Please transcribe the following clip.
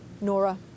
Nora